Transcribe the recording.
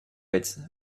its